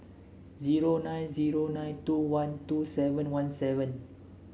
zero nine zero nine two one two seven one seven